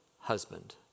husband